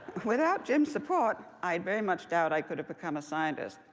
without jim's support, i very much doubt i could have become a scientist.